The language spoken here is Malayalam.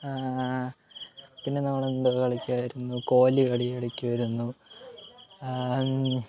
പിന്നെ നമ്മള് എന്തൊക്കെ കളിക്കുവായിരുന്നു കോലുകളി കളിക്കുവായിരുന്നു